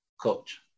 Coach